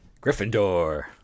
Gryffindor